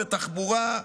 בתחבורה,